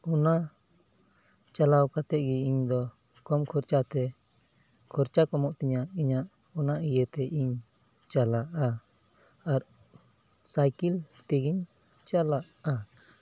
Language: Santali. ᱚᱱᱟ ᱪᱟᱞᱟᱣ ᱠᱟᱛᱮᱫ ᱜᱮ ᱤᱧᱫᱚ ᱠᱚᱢ ᱠᱷᱚᱨᱪᱟᱛᱮ ᱠᱷᱚᱨᱪᱟ ᱠᱚᱢᱚᱜ ᱛᱤᱧᱟᱹ ᱤᱧᱟᱹᱜ ᱚᱱᱟ ᱤᱭᱟᱹᱛᱮ ᱤᱧ ᱪᱟᱞᱟᱜᱼᱟ ᱟᱨ ᱥᱟᱭᱠᱮᱞ ᱛᱮᱜᱮᱧ ᱪᱟᱞᱟᱜᱼᱟ